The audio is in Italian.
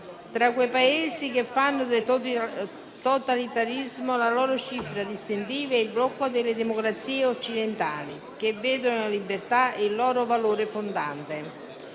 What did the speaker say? tra quei Paesi che fanno del totalitarismo la loro cifra distintiva e il blocco delle democrazie occidentali che vedono nella libertà il loro valore fondante.